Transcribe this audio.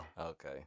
Okay